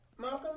Malcolm